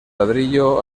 ladrillo